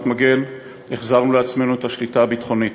מגן" והחזרנו לעצמנו את השליטה הביטחונית,